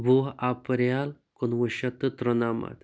وُہ اَپرِیٖل کُنوُہ شیٚتھ تہٕ تُرٛنمَتھ